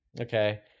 okay